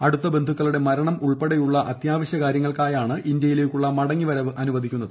അടുത്ത ബന്ധുക്കളുടെ മരണം ഉൾപ്പെടെയുള്ള അത്യാവശ്യ കാര്യങ്ങൾക്കായാണ് ഇന്ത്യയിലേക്കുള്ള മടങ്ങിവരവ് അനുവദിക്കുന്നത്